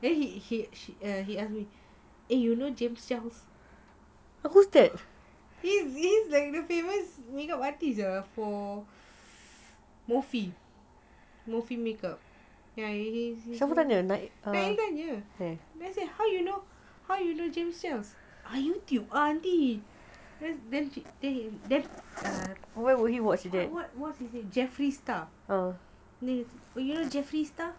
then he he she he asked me eh you know james charles he is like the famous makeup artist ah for makeup tanya then I ask her how you know james charles oh on youtube aunty then err what's his name jeffrey star you know jeffrey star